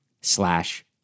slash